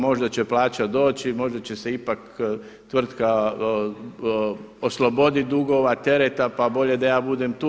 Možda će plaća doći, možda će se ipak tvrtka osloboditi dugova, tereta, pa bolje da ja budem tu.